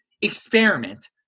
experiment